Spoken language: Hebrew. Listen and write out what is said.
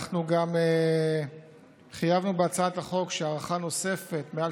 אנחנו גם חייבנו בהצעת החוק שהארכה נוספת מעל